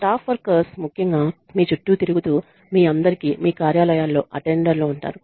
staff workers ముఖ్యంగా మీ చుట్టూ తిరుగుతూ మీ అందరికీ మీ కార్యాలయాల్లో అటెండర్లు ఉంటారు